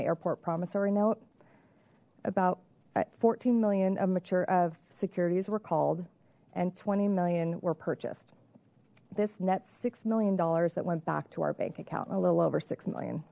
the airport promissory note about fourteen million of mature of securities were called and twenty million were purchased this net six million dollars that went back to our bank account a little over six million